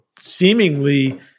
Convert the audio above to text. seemingly